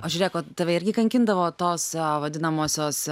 o žiūrėk o tave irgi kankindavo tos vadinamosios